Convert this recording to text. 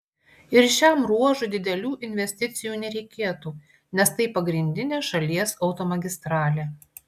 ir šiam ruožui didelių investicijų nereikėtų nes tai pagrindinė šalies automagistralė